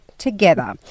Together